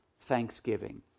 thanksgiving